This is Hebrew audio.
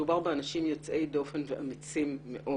מדובר באנשים יוצאי דופן ואמיצים מאוד